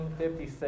1956